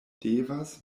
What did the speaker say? devas